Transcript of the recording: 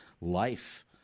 life